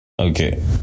Okay